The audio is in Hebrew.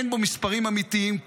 אין בו מספרים אמיתיים,